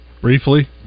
Briefly